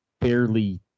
barely